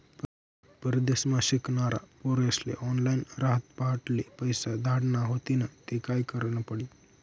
परदेसमा शिकनारा पोर्यास्ले ऑनलाईन रातपहाटले पैसा धाडना व्हतीन ते काय करनं पडी